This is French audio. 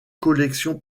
collection